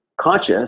conscious